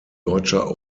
deutscher